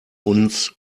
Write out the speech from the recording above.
uns